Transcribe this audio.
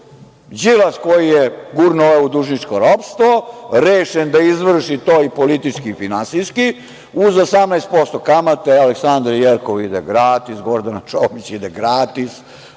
Đilas koji je gurnuo ove u dužničko ropstvo rešen je da izvrši to i politički i finansijski uz 18% kamate, Aleksandra Jerkov ide gratis, Gordana Čomić ide gratis,